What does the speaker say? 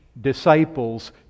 disciples